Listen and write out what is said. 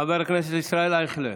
חבר הכנסת ישראל אייכלר,